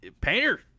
Painter